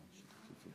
בבקשה.